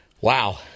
Wow